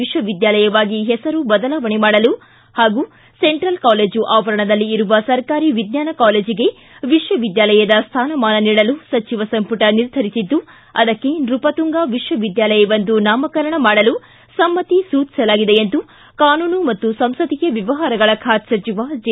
ವಿಶ್ವವಿದ್ಯಾಲಯವಾಗಿ ಹೆಸರು ಬದಲಾವಣೆ ಮಾಡಲು ಹಾಗೂ ಸೆಂಟ್ರಲ್ ಕಾಲೇಜು ಆವರಣದಲ್ಲಿ ಇರುವ ಸರ್ಕಾರಿ ವಿಜ್ಞಾನ ಕಾಲೇಜಿಗೆ ವಿಶ್ವವಿದ್ಯಾಲಯದ ಸ್ಲಾನಮಾನ ನೀಡಲು ಸಚಿವ ಸಂಮಟ ನಿರ್ಧರಿಸಿದ್ದು ಅದಕ್ಕೆ ನೃಪತುಂಗಾ ವಿಶ್ವವಿದ್ಯಾಲಯವೆಂದು ನಾಮಕರಣ ಮಾಡಲು ಸಮ್ನತಿ ಸೂಚಿಸಲಾಗಿದೆ ಎಂದು ಕಾನೂನು ಮತ್ತು ಸಂಸದಿಯ ವ್ಚವಹಾರಗಳ ಖಾತೆ ಸಚಿವ ಜೆ